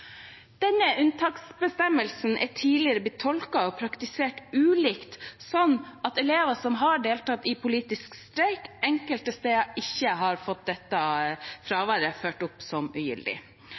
Denne unntaksbestemmelsen er tidligere blitt tolket og praktisert ulikt, slik at elever som har deltatt i politisk streik, enkelte steder ikke har fått dette fraværet ført opp som ugyldig.